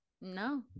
No